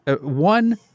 one